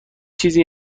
چیزی